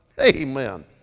amen